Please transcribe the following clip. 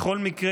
בכל מקרה,